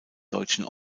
deutschen